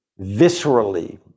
viscerally